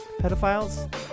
pedophiles